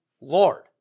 Lord